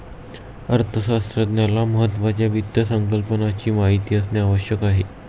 अर्थशास्त्रज्ञाला महत्त्वाच्या वित्त संकल्पनाची माहिती असणे आवश्यक आहे